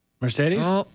Mercedes